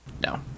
no